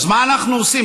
אז מה אנחנו עושים?